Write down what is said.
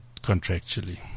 contractually